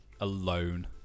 alone